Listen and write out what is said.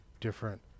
different